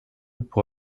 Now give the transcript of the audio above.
pour